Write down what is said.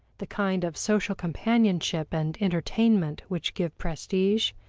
the kind of social companionship and entertainment which give prestige,